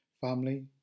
Family